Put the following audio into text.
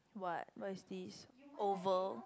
what what is this oval